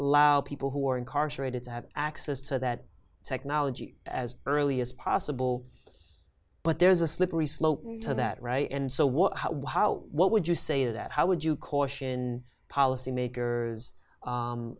lao people who are incarcerated to have access to that technology as early as possible but there's a slippery slope to that right and so what what would you say that how would you caution policymakers